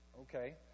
Okay